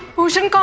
bhushan!